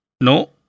No